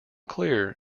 clear